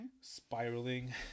spiraling